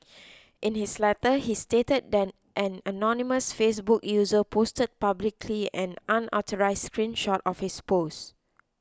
in his letter he stated that an anonymous Facebook user posted publicly an unauthorised screen shot of his post